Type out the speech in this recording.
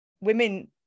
women